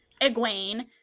Egwene